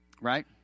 Right